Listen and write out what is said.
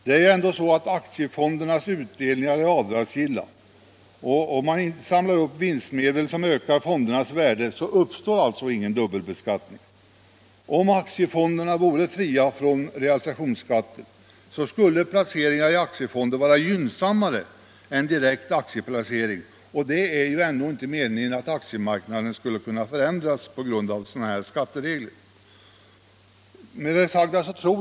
Det är ju ändå så att aktiefondernas utdelningar är avdragsgilla, och om man inte samlar upp vinstmedel som ökar fondernas värde, så uppstår ingen dubbelbeskattning. Om aktiefonderna vore fria från realisationsskatter, skulle placeringar i aktiefonder vara gynnsammare än direkt aktieplacering. Det är ju ändå inte meningen att aktiemarknaden skall förändras på grund av skattereglerna.